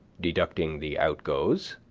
deducting the outgoes.